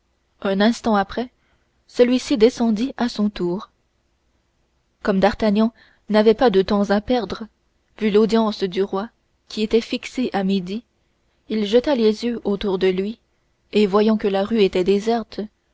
un instant après celui-ci descendit à son tour comme d'artagnan n'avait pas de temps à perdre vu l'audience du roi qui était fixée à midi il jeta les yeux autour de lui et voyant que la rue était déserte